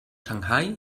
shanghai